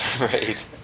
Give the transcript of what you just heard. Right